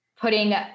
putting